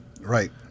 Right